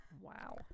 Wow